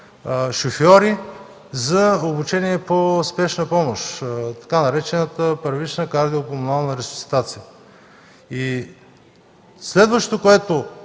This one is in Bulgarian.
преминат обучение по Спешна помощ, така наречената „първична кардиопулмонална ресуситация”. Следващото, което